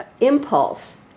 impulse